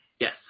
Yes